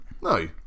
no